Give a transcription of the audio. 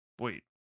Wait